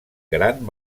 gran